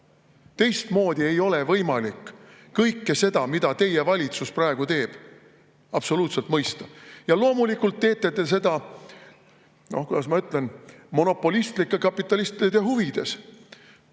Teistmoodi ei ole võimalik kõike seda, mida teie valitsus praegu teeb, absoluutselt mõista. Ja loomulikult teete te seda, kuidas ma ütlen, monopolistlike kapitalistide huvides,